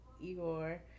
Igor